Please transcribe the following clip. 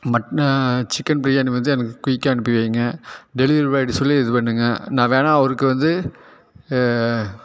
மட் சிக்கன் பிரியாணி வந்து எனக்கு குயிக்காக அனுப்பி வைங்க டெலிவரி பாய்கிட்ட சொல்லி இது பண்ணுங்கள் நான் வேணால் அவருக்கு வந்து